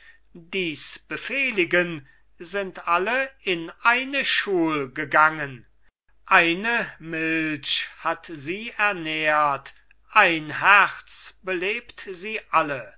die's befehligen sind alle in eine schul gegangen eine milch hat sie ernährt ein herz belebt sie alle